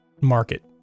market